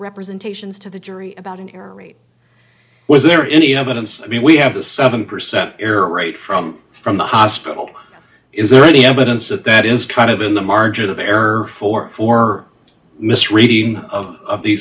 representations to the jury about an error rate was there any evidence i mean we have a seven percent error rate from from the hospital is there any evidence that that is kind of in the margin of error for for misreading of these